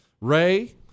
Ray